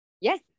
Yes